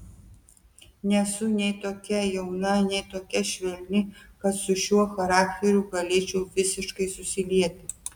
nesu nei tokia jauna nei tokia švelni kad su šiuo charakteriu galėčiau visiškai susilieti